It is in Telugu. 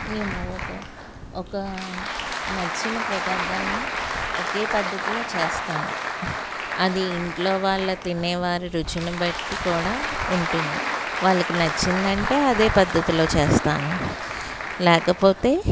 మేము ఒక ఒక నచ్చిన ప్రదార్థాన్ని ఒకే పద్ధతిలో చేస్తాను అది ఇంట్లో వాళ్ళ తినేవారి రుచిని బట్టి కూడా ఉంటుంది వాళ్ళకి నచ్చిందంటే అదే పద్ధతిలో చేస్తాను లేకపోతే